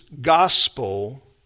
gospel